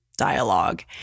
dialogue